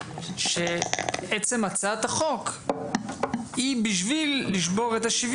שעצם הצעת החוק היא בשביל לשבור את השוויון.